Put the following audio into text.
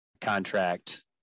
contract